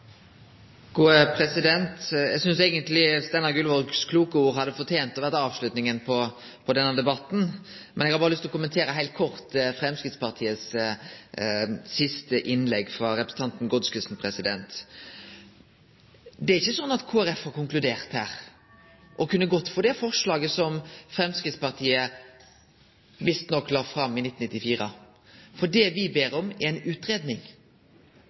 Eg synest eigentleg Steinar Gullvågs kloke ord hadde fortent å avslutte denne debatten, men eg har berre lyst til heilt kort å kommentere Framstegspartiets siste innlegg frå representanten Godskesen. Det er ikkje sånn at Kristeleg Folkeparti har konkludert her og kunne ha gått for det forslaget som Framstegspartiet visst nok la fram i 1993. Det vi ber om, er